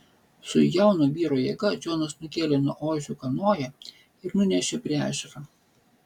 su jauno vyro jėga džonas nukėlė nuo ožių kanoją ir nunešė prie ežero